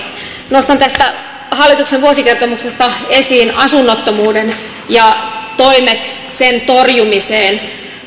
nostan tästä hallituksen vuosikertomuksesta esiin asunnottomuuden ja toimet sen torjumiseen